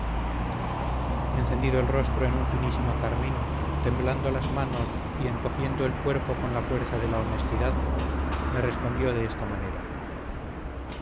encendido el rostro en un finísimo carmín temblando las manos y encogiendo el cuerpo con la fuerza de la honestidad me respondió de esta manera